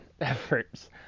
efforts